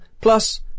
plus